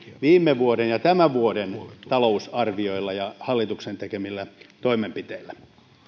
viime vuoden ja tämän vuoden talousarvioilla ja hallituksen tekemillä toimenpiteillä